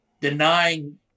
denying